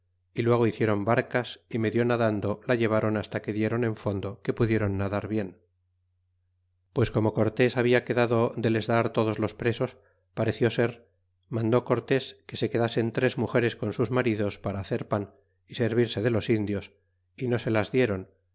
y luego hicieron barcas y medio nadando la llevaron hasta que dieron en fondo que pudieron nadar bien pues como cortés habla quedado de les dar todos los presos pareció ser mandó cortés que se quedasen tres mugeres con sus maridos para hacer pau y servirse de los indios y no se las dieron